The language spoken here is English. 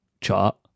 chart